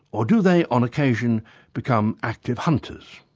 or do they on occasion become active hunters?